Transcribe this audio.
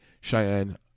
Cheyenne